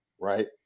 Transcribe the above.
right